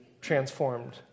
transformed